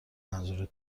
منظور